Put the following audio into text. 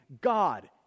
God